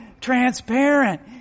transparent